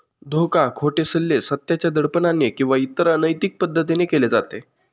धोका, खोटे सल्ले, सत्याच्या दडपणाने किंवा इतर अनैतिक पद्धतीने केले जाते